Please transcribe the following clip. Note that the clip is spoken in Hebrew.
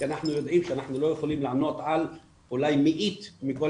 כי אנחנו יודעים שאנחנו לא יכולים לענות על אולי מאית מכל